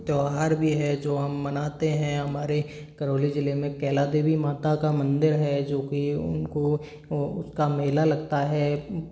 त्यौहार भी है जो हम मनाते हैं हमारे करौली ज़िले में कैला देवी माता का मंदिर है जो कि उनको उसका मेला लगता है